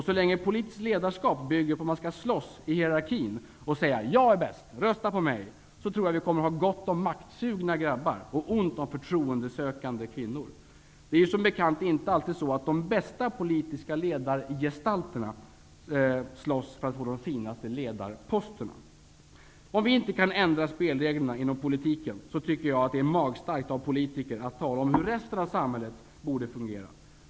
Så länge politiskt ledarskap bygger på att man skall slåss i hierarkin och säga ''jag är bäst, rösta på mig'' så tror jag vi kommer att ha gott om maktsugna grabbar och ont om förtroendesökande kvinnor. Det är ju som bekant inte alltid så att de bästa politiska ledargestalterna slåss för att få de finaste ledarposterna. Om vi inte kan ändra spelreglerna inom politiken, så tycker jag att det är magstarkt av politiker att tala om hur resten av samhället borde fungera.